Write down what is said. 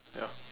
the all